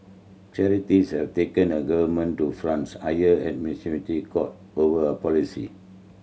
charities have taken the government to France's highest administrative court over a policy